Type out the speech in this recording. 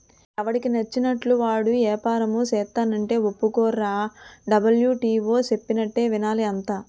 ఎవడికి నచ్చినట్లు వాడు ఏపారం సేస్తానంటే ఒప్పుకోర్రా డబ్ల్యు.టి.ఓ చెప్పినట్టే వినాలి అంతా